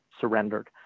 surrendered